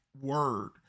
word